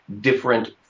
different